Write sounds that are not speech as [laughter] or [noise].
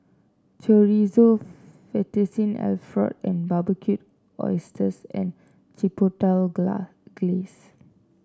Chorizo Fettuccine Alfredo and Barbecued Oysters and Chipotle [unintelligible] Glaze